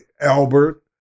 Albert